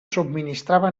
subministrava